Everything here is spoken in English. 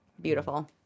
beautiful